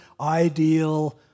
ideal